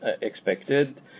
expected